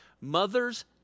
Mother's